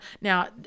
now